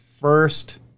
first